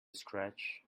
scratch